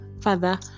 father